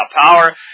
power